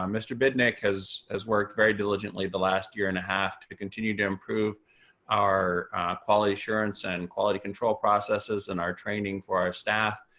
um mr. bidnick has has worked very diligently the last year and a half to continue to improve our quality assurance and quality control processes and our training for our staff.